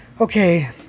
Okay